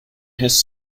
has